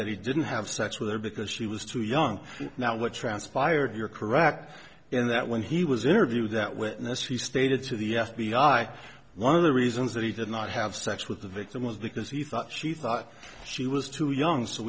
that he didn't have sex with her because she was too young now what transpired here correct in that when he was interviewed that witness he stated to the f b i one of the reasons that he did not have sex with the victim was the because he thought she thought she was too young so